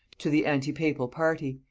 to the antipapal party,